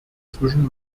zwischen